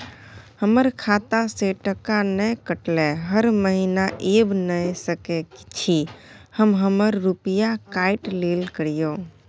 हमर खाता से टका नय कटलै हर महीना ऐब नय सकै छी हम हमर रुपिया काइट लेल करियौ?